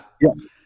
Yes